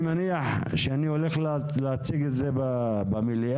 אני מניח שאני הולך להציג את זה במליאה,